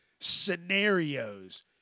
Scenarios